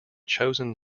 chosen